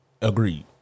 Agreed